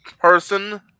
person